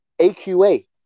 AQA